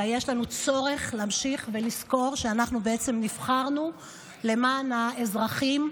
ויש לנו צורך להמשיך ולזכור שאנחנו בעצם נבחרנו למען האזרחים.